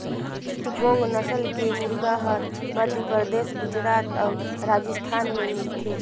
चिटगोंग नसल के मुरगा हर मध्यपरदेस, गुजरात अउ राजिस्थान में मिलथे